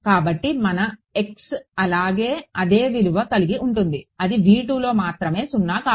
కాబట్టి మన అలాగే అదే విలువ కలిగి ఉంటుంది అది లో మాత్రమే సున్నా కాదు